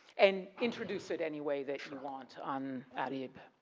and, introduce it anyway that you and want on ah-reep.